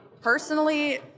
personally